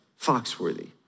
Foxworthy